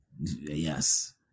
yes